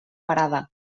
parada